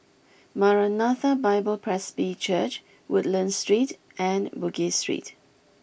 Maranatha Bible Presby Church Woodlands Street and Bugis Street